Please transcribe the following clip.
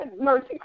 mercy